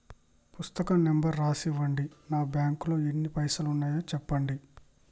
పుస్తకం నెంబరు రాసి ఇవ్వండి? నా బ్యాంకు లో ఎన్ని పైసలు ఉన్నాయో చెప్పండి?